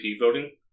voting